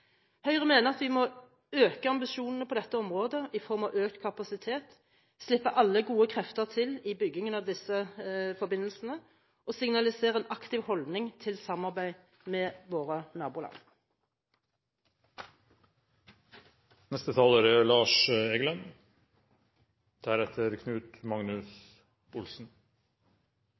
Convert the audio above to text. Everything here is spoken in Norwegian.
Høyre mener vi må øke ambisjonene på dette området i form av økt kapasitet, slippe alle gode krefter til i byggingen av disse forbindelsene og signalisere en aktiv holdning til samarbeid med våre